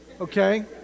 Okay